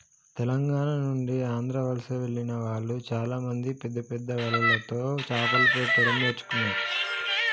తెలంగాణ నుండి ఆంధ్ర వలస వెళ్లిన వాళ్ళు చాలామంది పెద్దపెద్ద వలలతో చాపలు పట్టడం నేర్చుకున్నారు